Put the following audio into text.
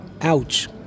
Ouch